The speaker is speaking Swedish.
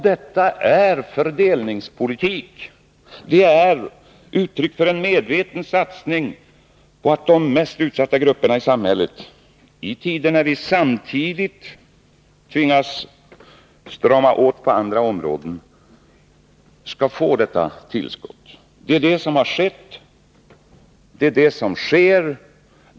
Det är här fråga om uttryck för en fördelningspolitik, en medveten satsning på att de mest utsatta grupperna i samhället, i tider när vi samtidigt tvingas strama åt på andra områden, skall få dessa tillskott. Det är det som har skett, och det är det som sker.